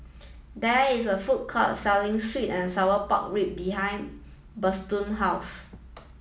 there is a food court selling sweet and sour pork rib behind Bertrand house